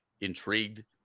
intrigued